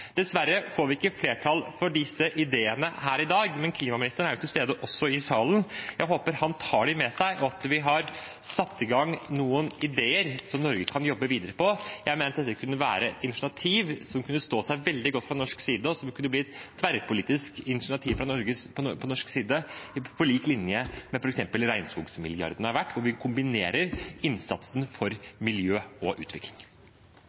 Dessverre får vi ikke flertall for disse ideene her i dag, men klimaministeren er jo også til stede i salen. Jeg håper han tar dem med seg, og at vi har satt i gang noen ideer som Norge kan jobbe videre med. Jeg mener at dette kunne være et initiativ som kunne stå seg veldig godt fra norsk side, og som kunne blitt et tverrpolitisk initiativ på norsk side på lik linje med det f.eks. regnskogsmilliardene har vært, hvor vi kombinerer innsatsen for miljø og utvikling.